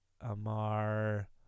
Amar